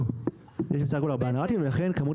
יש בסך הכול ארבעה נר"תים ולכן כמות